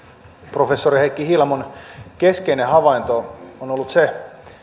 professori heikki hiilamon keskeinen havainto on ollut se